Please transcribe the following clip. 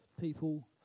people